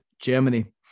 Germany